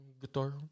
Guitar